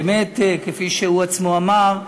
באמת, כפי שהוא עצמו אמר,